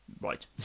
Right